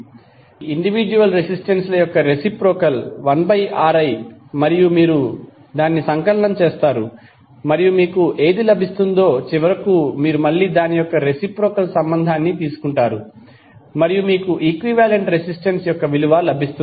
కాబట్టి individual resistance ల reciprocal 1Ri మరియు మీరు సంకలనం చేస్తారు మరియు మీకు ఏది లభిస్తుందో చివరకు మీరు మళ్ళీ దాని యొక్క రెసిప్రొకల్ సంబంధాన్ని తీసుకుంటారు మరియు మీకు ఈక్వివాలెంట్ రెసిస్టెన్స్ యొక్క విలువ లభిస్తుంది